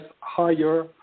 higher